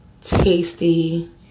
tasty